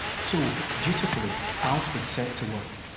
so dutifully alfred set to work.